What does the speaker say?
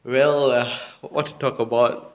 well uh what to talk about